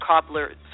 cobbler's